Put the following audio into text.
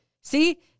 See